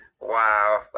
wow